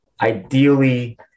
ideally